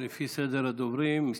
לפי סדר המסתייגים,